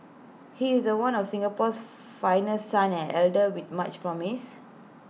he is one of Singapore's finest sons and A leader with much promise